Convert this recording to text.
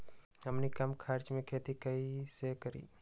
हमनी कम खर्च मे खेती कई से करी?